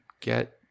get